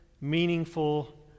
meaningful